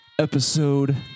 episode